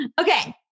Okay